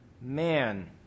man